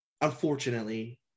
Unfortunately